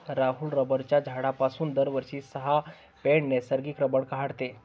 राहुल रबराच्या झाडापासून दरवर्षी सहा पौंड नैसर्गिक रबर काढतो